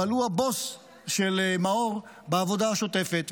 אבל הוא הבוס של מאור בעבודה השוטפת.